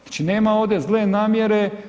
Znači nema ovdje zle namjere.